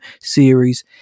series